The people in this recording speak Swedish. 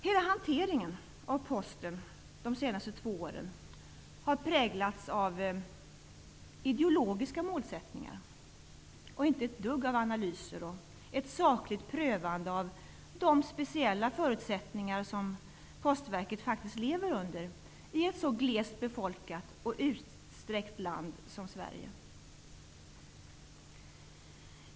Hela hanteringen av Posten de senaste två åren har präglats av ideologiska målsättningar och inte ett dugg av analyser och ett sakligt prövande av de speciella förutsättningar som Postverket faktiskt lever under i ett glest befolkat och utsträckt land som Sverige.